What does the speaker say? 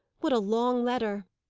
what a long letter!